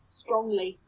strongly